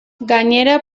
gainera